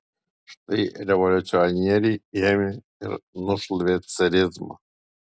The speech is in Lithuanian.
štai revoliucionieriai ėmė ir nušlavė carizmą